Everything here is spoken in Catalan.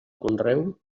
conreu